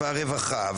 משרד הרווחה,